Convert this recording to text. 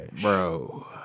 Bro